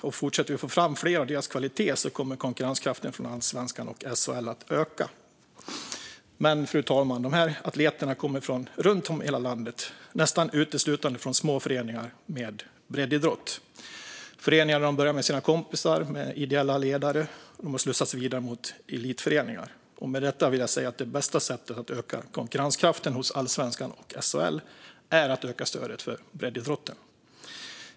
Om vi fortsätter att få fram fler av deras kvalitet kommer konkurrenskraften från allsvenskan och SHL öka. Men, fru talman, de här atleterna kommer från olika ställen i hela landet, och nästan uteslutande från små föreningar med breddidrott. Det är föreningar där de har börjat med sina kompisar och med ideella ledare, och sedan har de slussats vidare till elitföreningar. Med detta vill jag säga att det bästa sättet att öka konkurrenskraften hos allsvenskan och SHL är att öka stödet för breddidrotten.